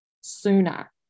sooner